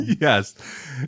yes